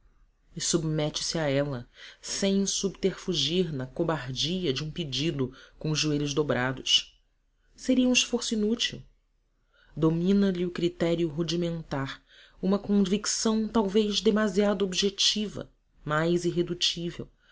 e submete se a ela sem subterfugir na cobardia de um pedido com os joelhos dobrados seria um esforço inútil domina lhe o critério rudimentar uma convicção talvez demasiado objetiva ou ingênua mas irredutível